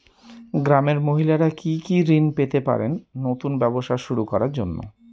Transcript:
গ্রামের মহিলারা কি কি ঋণ পেতে পারেন নতুন ব্যবসা শুরু করার জন্য?